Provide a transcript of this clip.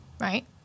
right